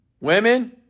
Women